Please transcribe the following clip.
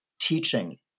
teaching